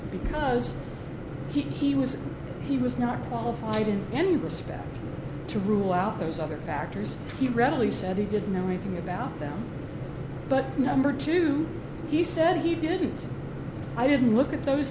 because he was he was not all right in any respect to rule out those other factors he readily said he didn't know anything about them but number two he said he didn't i didn't look at those